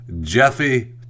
Jeffy